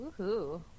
Woohoo